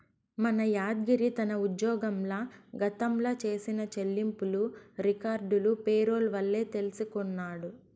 మన యాద్గిరి తన ఉజ్జోగంల గతంల చేసిన చెల్లింపులు రికార్డులు పేరోల్ వల్లే తెల్సికొన్నాడు